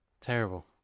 Terrible